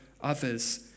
others